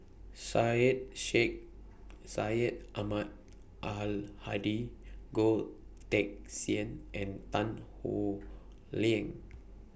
Syed Sheikh Syed Ahmad Al Hadi Goh Teck Sian and Tan Howe Liang